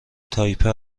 تایپه